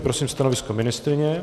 Prosím stanovisko ministryně.